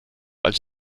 als